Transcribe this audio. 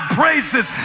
praises